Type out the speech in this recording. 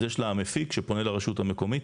אז יש לה מפיק שפונה לרשות המקומית,